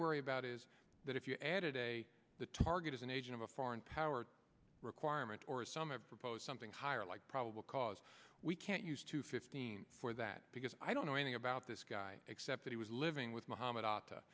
worry about is that if you added a the target as an agent of a foreign power requirement or some have proposed something higher like probable cause we can't use to fifteen for that because i don't know anything about this guy except that he was living with muhammad at